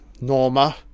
Norma